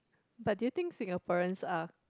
but do you think Singaporeans are